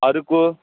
Araku